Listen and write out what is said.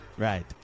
Right